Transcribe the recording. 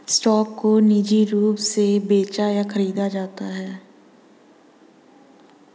stock को निजी रूप से बेचा या खरीदा जाता है